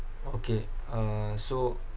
okay uh so